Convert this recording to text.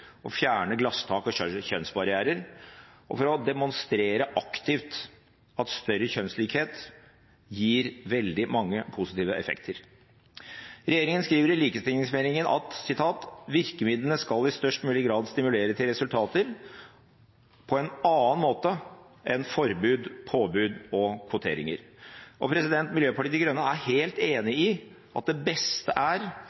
og fjerne glasstak og kjønnsbarrierer, og for å demonstrere aktivt at større kjønnslikhet gir veldig mange positive effekter. Regjeringen skriver i likestillingsmeldingen at «virkemidlene skal i størst mulig grad stimulere til resultater på en annen måte enn påbud, forbud og kvotering». Miljøpartiet De Grønne er helt